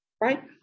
right